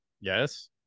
Yes